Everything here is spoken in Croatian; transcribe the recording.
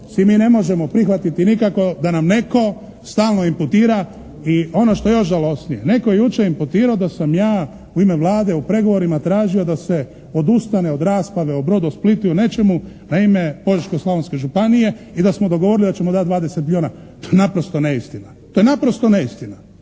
si mi ne možemo prihvatiti nikako, da nam netko stalno imputira i ono što je još žalosnije, netko je jučer imputirao da sam ja u ime Vlade u pregovorima tražio da se odustane od rasprave o "Brodosplitu" i o nečemu na ime Požeško-slavonske županije i da smo dogovorili da ćemo dati 20 milijuna, to je naprosto neistina. To je naprosto neistina.